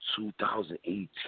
2018